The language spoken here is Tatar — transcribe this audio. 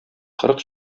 кырык